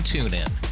TuneIn